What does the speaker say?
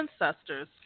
ancestors